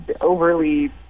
overly